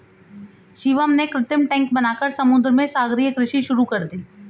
शिवम ने कृत्रिम टैंक बनाकर समुद्र में सागरीय कृषि शुरू कर दी